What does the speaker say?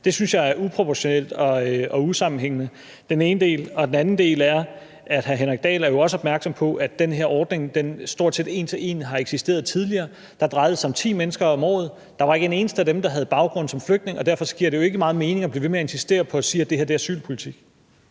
synes jeg er uproportionalt og usammenhængende. Det er den ene del, og den anden del er, at hr. Henrik Dahl jo også er opmærksom på, at den her ordning stort set en til en har eksisteret tidligere. Da drejede det sig om ti mennesker om året. Der var ikke en eneste af dem, der havde baggrund som flygtning, og derfor giver det jo ikke så meget mening at blive ved med at insistere på at sige, at det her er asylpolitik.